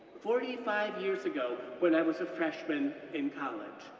forty five years ago, when i was a freshman in college,